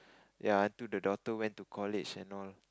ya until the daughter went to college and all